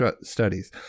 studies